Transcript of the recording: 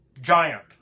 giant